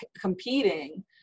competing